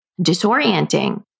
disorienting